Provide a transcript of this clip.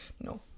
No